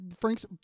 Frank's